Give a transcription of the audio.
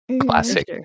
Classic